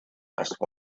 asked